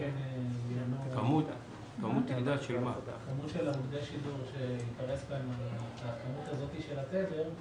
כמות של ערוצי שידור שייכנסו להם לתדר,